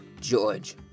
George